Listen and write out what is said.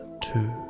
two